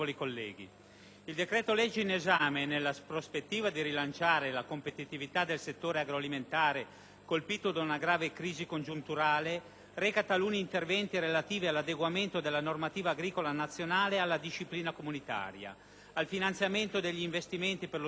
il decreto-legge in esame, nella prospettiva di rilanciare la competitività del settore agroalimentare, colpito da una grave crisi congiunturale, reca taluni interventi relativi all'adeguamento della normativa agricola nazionale alla disciplina comunitaria, al finanziamento degli investimenti per lo sviluppo,